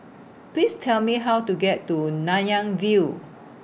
Please Tell Me How to get to Nanyang View